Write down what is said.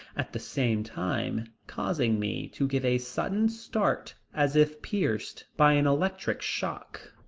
at the same time causing me to give a sudden start as if pierced by an electric shock.